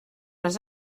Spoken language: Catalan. les